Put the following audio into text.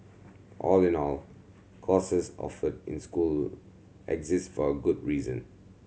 all in all courses offered in school exist for a good reason